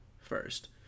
first